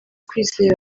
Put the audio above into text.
kwizera